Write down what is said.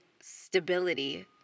stability